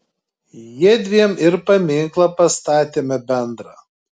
jiedviem ir paminklą pastatėme bendrą